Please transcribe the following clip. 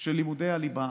של לימודי הליבה